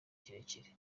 kirekire